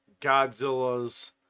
Godzilla's